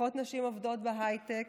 פחות נשים עובדות בהייטק,